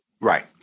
Right